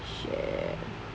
shit